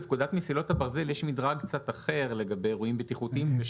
בפקודת מסילות הברזל יש מדרג קצת שונה לגבי אירועים בטיחותיים.